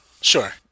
Sure